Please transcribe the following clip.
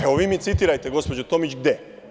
Evo vi mi citirajte gospođo Tomić, gde.